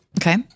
Okay